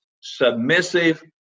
submissive